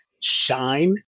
shine